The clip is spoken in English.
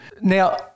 Now